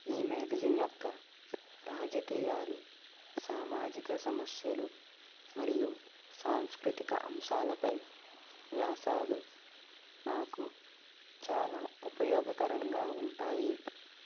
ఈ మ్యాగజైన్ యొక్క రాజకీయాలు సామాజిక సమస్యలు మరియు సాంస్కృతిక అంశాలపై వ్యాసాలు నాకు చాలా ఉపయోగకరంగా ఉంటాయి